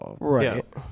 right